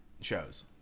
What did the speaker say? shows